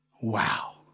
Wow